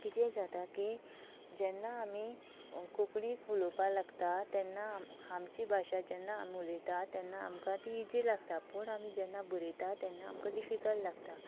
कितें जाता की जेन्ना आमी कोंकणीक उलोवपा लागतात तेन्ना आमची भाशा जेन्ना आमी उलयतात तेन्ना आमकां ती इजी लागता पूण आमी जेन्ना बरयतात तेन्ना आमकां डिफीकल्ट लागता